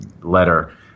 letter